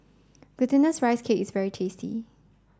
glutinous rice cakes very tasty